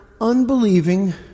unbelieving